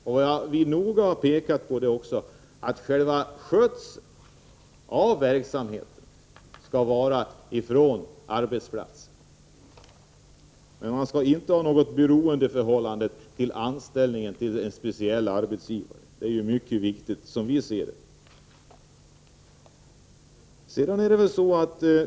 Jag vill noga framhålla att verksamheten skall skötas från arbetsplatsen, men anställningen skall inte stå i ett beroendeförhållande till en speciell arbetsgivare. I vpk ser vi detta som mycket viktigt.